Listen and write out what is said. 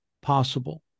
possible